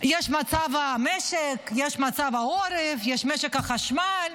יש מצב במשק, יש מצב בעורף, יש משק החשמל,